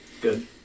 Good